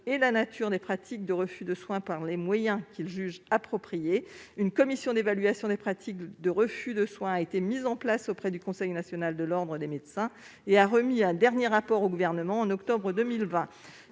et la nature des pratiques de refus de soins par les moyens qu'ils jugent appropriés ». Une commission d'évaluation des pratiques de refus de soins a été mise en place auprès du conseil national de l'ordre des médecins. Le rapport qu'elle a remis au Gouvernement au mois d'octobre 2020,